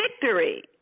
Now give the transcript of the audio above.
victory